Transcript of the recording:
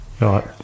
right